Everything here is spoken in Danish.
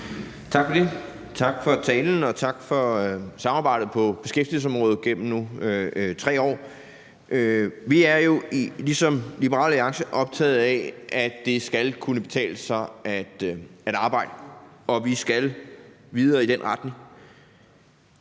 Tak for det, tak for talen, og tak for samarbejdet på beskæftigelsesområdet igennem nu 3 år. Vi er jo ligesom Liberal Alliance optaget af, at det skal kunne betale sig at arbejde, og vi skal videre i den retning.